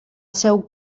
seu